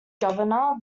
governor